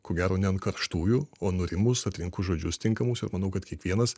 ko gero ne ant karštųjų o nurimus atrinkus žodžius tinkamus ir manau kad kiekvienas